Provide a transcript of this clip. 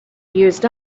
used